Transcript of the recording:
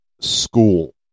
school